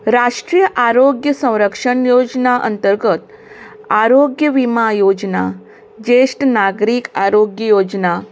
राष्ट्रीय आरोग्य संरक्षण योजना अंतर्गत आरोग्य विमा योजना ज्येश्ट नागरीक आरोग्य योजना